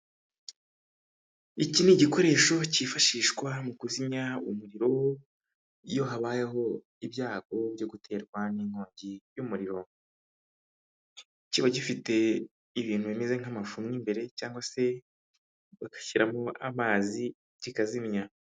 Iki ni igikoresho cyifashishwa mu kuzimya umuriro, iyo habayeho ibyago byo guterwa n'inkongi y'umuriro, kiba gifite ibintu bimeze nk'amafu mo imbere cyangwa se bagashyiramo amazi kikazimya.